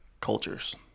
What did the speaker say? cultures